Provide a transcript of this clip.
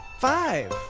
five!